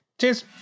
Cheers